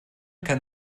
kann